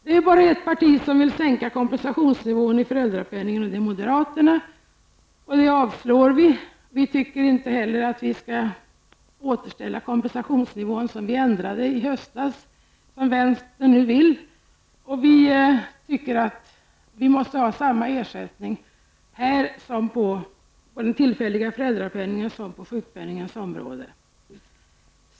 Det är bara ett parti som vill sänka kompensationsnivån i föräldrapenningen, nämligen moderaterna. Det avslår vi. Vi tycker inte heller att vi skall återställa den kompensationsnivå som vi ändrade i höstas som vänstern nu vill. Vi måste ha samma ersättning på den tillfälliga föräldrapenningens som på sjukpenningens område.